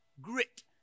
grit